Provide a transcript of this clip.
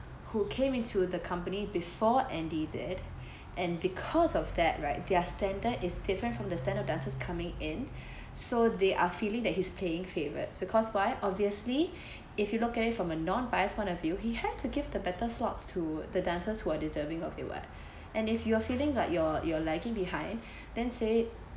who came into the company before andy did and because of that right their standard is different from the standard of dancers coming in so they are feeling that he is playing favourites because why obviously if you look at it from a non bias point of view he has to give the better slots to the dancers who are deserving of it [what] and if you're feeling like your you're lagging behind then say